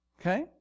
Okay